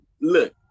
Look